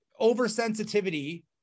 oversensitivity